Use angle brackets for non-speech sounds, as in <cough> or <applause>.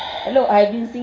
<noise>